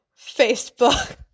Facebook